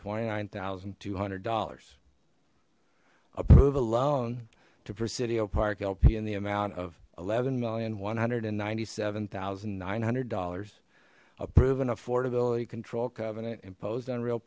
twenty nine thousand two hundred dollars approve alone to presidio park lp in the amount of eleven million one hundred and ninety seven thousand nine hundred dollars a proven affordability control covenant imposed on real